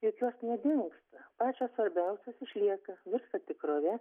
juk jos nedingsta pačios svarbiausios išlieka virsta tikrove